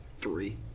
three